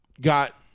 got